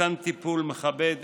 מתן טיפול מכבד,